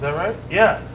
yeah right? yeah.